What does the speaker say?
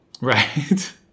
Right